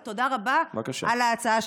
אבל תודה רבה על ההצעה.